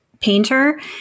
painter